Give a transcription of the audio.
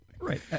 Right